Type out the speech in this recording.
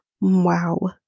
Wow